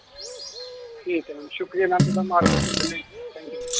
ठीक ऐ मैम शुक्रिया मैम तुं'दा मार्गदर्शन देने लेई थैंक्यू